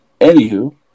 Anywho